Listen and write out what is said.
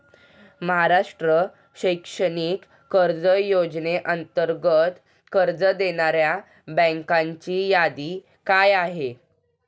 महाराष्ट्र शैक्षणिक कर्ज योजनेअंतर्गत कर्ज देणाऱ्या बँकांची यादी काय आहे?